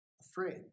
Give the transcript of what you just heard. afraid